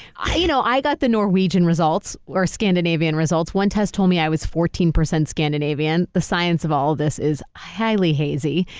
i you know i got the norwegian results or scandinavian results. one test told me i was fourteen percent scandinavian. the science of all of this is highly hazy.